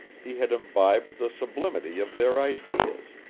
he had imbibed the sublimity of their ideas,